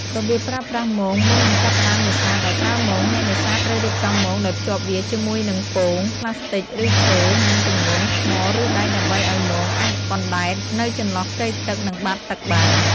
របៀបប្រើប្រាស់មងមុននឹងចាប់ផ្តើមនេសាទដោយប្រើមង អ្នកនេសាទត្រូវរៀបចំមងដោយភ្ជាប់វាជាមួយនឹង ពោង ប្លាស្ទិកឬឈើ និង ទម្ងន់ ថ្មឬដែកដើម្បីឲ្យមងអាចបណ្តែតនៅចន្លោះផ្ទៃទឹកនិងបាតទឹកបាន។